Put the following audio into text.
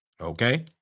Okay